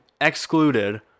excluded